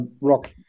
rock